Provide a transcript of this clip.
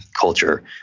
culture